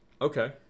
okay